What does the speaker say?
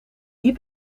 die